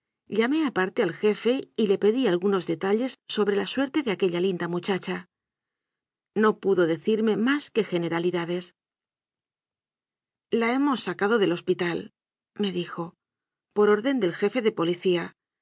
llamé aparte al jefe y le pedí algunos detalles so bre la suerte de aquella linda muchacha no pudo decirme más que generalidades la hemos sacado del hospitalme dijopor orden del jefe de policía